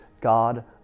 God